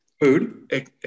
food